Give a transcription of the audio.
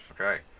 Okay